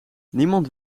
niemand